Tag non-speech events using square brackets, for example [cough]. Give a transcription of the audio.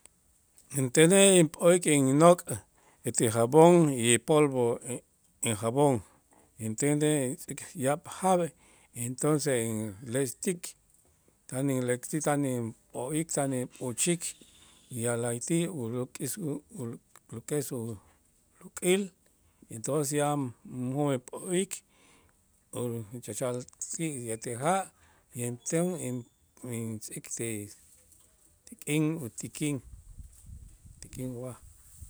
Intenej inp'o'ik innok' etel jabón y polvo e- en jab'on intenej tz'äk yaab' jaab', entonces letz'tik tan inletz'ti tan inp'o'ik, tan inpuchik ya la'ayti' uluk'es u- u- uluk'es uluk'il, entonces ya [unintelligible] p'o'ik o chachal ki' yete ja' y enton in- intz'ik ti- ti k'in utikin tikin waj.